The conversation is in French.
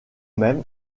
même